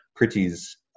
Priti's